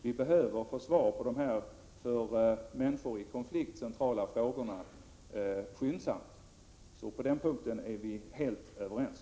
Vi behöver skyndsamt få svar på dessa, för människor i konflikt, centrala frågor. På den punkten är vi helt överens.